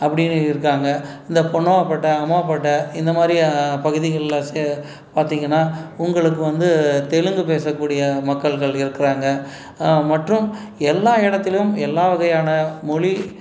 அப்படின்னு இருக்காங்க இந்த பொன்னம்மாபேட்டை அம்மாபேட்டை இந்த மாதிரி பகுதிகள்ல சே பார்த்தீங்கன்னா உங்களுக்கு வந்து தெலுங்கு பேசக்கூடிய மக்கள்கள் இருக்கிறாங்க மற்றும் எல்லா இடத்துலையும் எல்லா வகையான மொழி